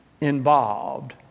involved